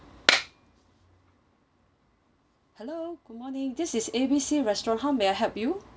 hello good morning this is A B C restaurant how may I help you